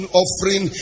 offering